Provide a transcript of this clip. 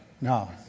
No